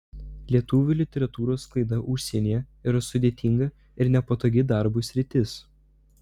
lietuvių literatūros sklaida užsienyje yra sudėtinga ir nepatogi darbui sritis